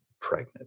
pregnant